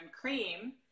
cream